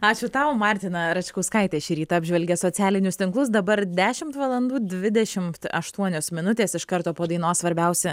ačiū tau martina račkauskaitė šįryt apžvelgė socialinius tinklus dabar dešimt valandų dvidešimt aštuonios minutės iš karto po dainos svarbiausi